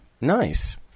Nice